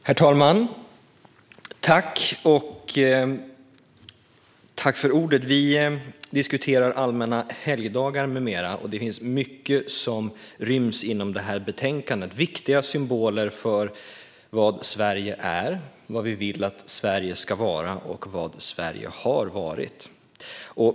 Herr talman! Vi diskuterar Allmänna helgdagar m.m. , och det finns mycket som ryms inom detta betänkande - viktiga symboler för vad Sverige är, vad vi vill att Sverige ska vara och vad Sverige har varit.